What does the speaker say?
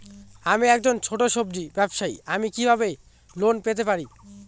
আমি একজন ছোট সব্জি ব্যবসায়ী আমি কিভাবে ঋণ পেতে পারি?